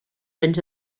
into